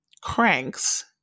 cranks